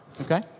okay